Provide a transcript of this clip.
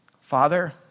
Father